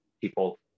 people